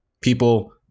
People